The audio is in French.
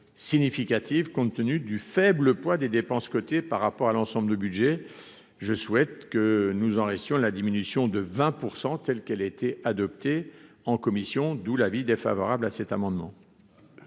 significative compte tenu du faible poids des dépenses côté par rapport à l'ensemble de budget, je souhaite que nous en restions la diminution de 20 pour 100, telle qu'elle a été adoptée en commission, d'où l'avis défavorable à cet amendement.